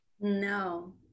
No